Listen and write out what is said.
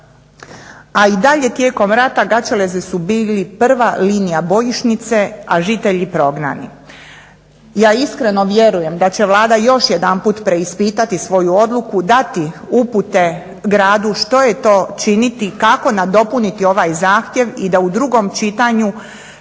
A i dalje tijekom rata Gaćeleze su bili prva linija bojišnice a žitelji prognani. Ja iskreno vjerujem da će Vlada još jedanput preispitati svoju odluku, dati upute gradu što je to činiti, kako nadopuniti ovaj zahtjev i da u 2. čitanju